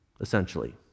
essentially